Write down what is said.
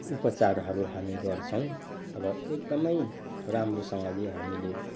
उपचारहरू हामी गर्छौँ र एकदमै राम्रोसँगले हामीले